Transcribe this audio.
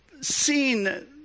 seen